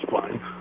fine